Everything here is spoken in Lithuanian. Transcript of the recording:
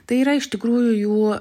tai yra iš tikrųjų jų